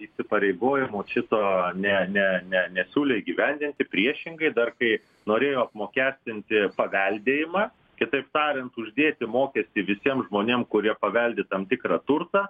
įsipareigojimo šito ne ne ne nesiūlė įgyvendinti priešingai dar kai norėjo apmokestinti paveldėjimą kitaip tariant uždėti mokestį visiems žmonėm kurie paveldi tam tikrą turtą